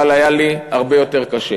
אבל היה לי הרבה יותר קשה,